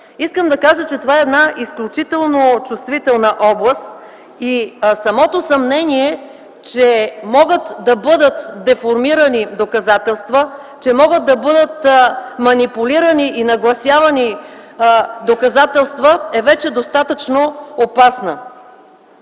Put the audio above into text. доказателствата. Това е една изключително чувствителна област и самото съмнение, че могат да бъдат деформирани доказателства, че могат да бъдат манипулирани и нагласявани доказателства, вече е достатъчно опасно.